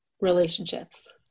Relationships